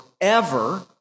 forever